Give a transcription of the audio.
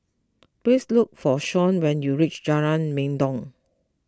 please look for Shawn when you reach Jalan Mendong